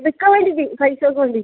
വിൽക്കാൻ വേണ്ടിയിട്ട് പൈസക്ക് വേണ്ടിയിട്ട്